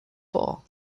fall